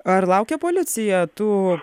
ar laukia policija tų